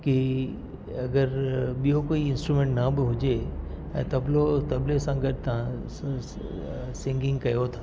कि अगरि ॿियो कोई इंस्ट्रुमेंट न बि हुजे ऐं तबलो तबले सां गॾु तव्हां सिंगिंग कयो था